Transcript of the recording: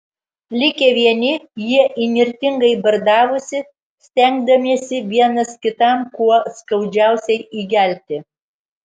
likę vieni jie įnirtingai bardavosi stengdamiesi vienas kitam kuo skaudžiausiai įgelti